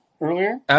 earlier